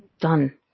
done